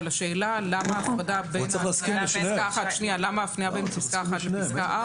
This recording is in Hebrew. אבל השאלה למה ההפניה בין פסקה (1) לפסקה (4),